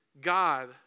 God